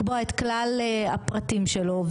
לקבוע את כלל הפרטים שלו,